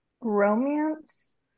romance